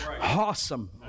awesome